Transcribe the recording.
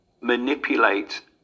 manipulate